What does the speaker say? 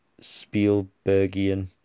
Spielbergian